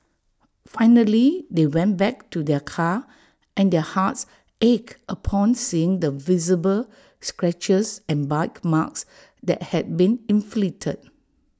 finally they went back to their car and their hearts ached upon seeing the visible scratches and bite marks that had been inflicted